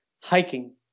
hiking